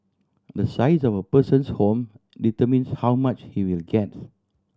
the size of a person's home determines how much he will get